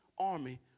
army